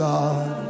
God